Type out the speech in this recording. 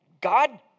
God